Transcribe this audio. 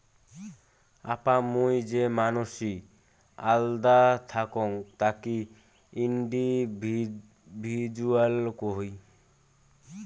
আপা মুই যে মানসি আল্দা থাকং তাকি ইন্ডিভিজুয়াল কুহ